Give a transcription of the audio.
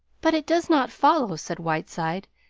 but it does not follow, said whiteside,